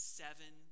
seven